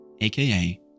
AKA